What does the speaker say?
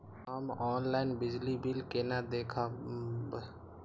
हम ऑनलाईन बिजली बील केना दूखमब?